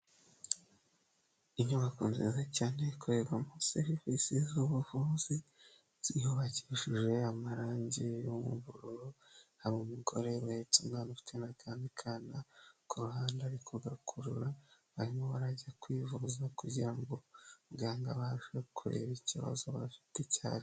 Inyubako nziza cyane, ikorerwamo serivisi z'ubuvuzi, inzu yubakishije amarangi y'ubururu, hari umugore uhetse umwana, ufite n'akandi kana, ku ruhande ari kugakurura, barimo barajya kwivuza kugira ngo muganga bashe kureba ikibazo bafite icyo aricyo.